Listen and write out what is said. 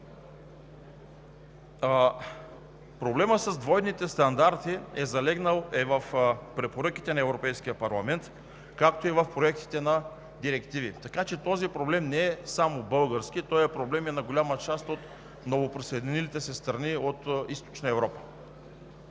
Проблемът с двойните стандарти е залегнал в Препоръките на Европейския парламент, както и в проектите на директиви, така че той не е само български, а е проблем и на голяма част от новоприсъединилите се страни от Източна Европа.